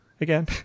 again